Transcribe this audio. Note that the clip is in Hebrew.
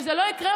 זה לא יום